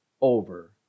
over